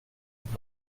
und